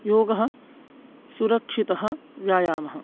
योगः सुरक्षितः व्यायामः